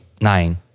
nine